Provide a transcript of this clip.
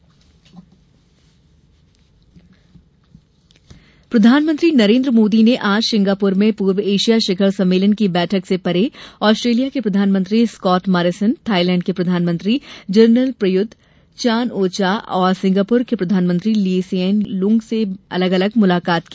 Modi Singapore प्रधानमंत्री नरेन्द्र मोदी ने आज सिंगापुर में पूर्व एशिया शिखर सम्मेलन की बैठक से परे ऑस्ट्रेलिया के प्रधानमंत्री स्कॉवट मॉरिसन थाईलैंड के प्रधानमंत्री General Prayut Chan O Cha और सिंगापुर के प्रधानमंत्री ली सिएन लूंग से अलग अलग मुलाकात की